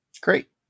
Great